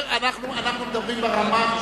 אנחנו מדברים ברמה המשפטית,